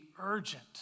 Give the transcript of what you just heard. urgent